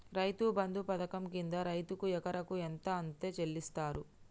రైతు బంధు పథకం కింద రైతుకు ఎకరాకు ఎంత అత్తే చెల్లిస్తరు?